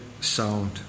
sound